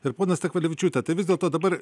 ir ponia stakvilevičiūte tai vis dėlto dabar